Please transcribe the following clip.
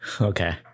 okay